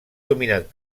dominat